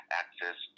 access